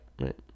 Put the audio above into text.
right